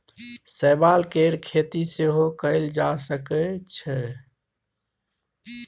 शैवाल केर खेती सेहो कएल जा सकै छै